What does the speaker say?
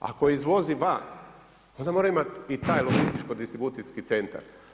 Ako je izvozi van onda mora imati i taj logističko-distribucijski centar.